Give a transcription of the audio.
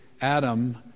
Adam